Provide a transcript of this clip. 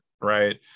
right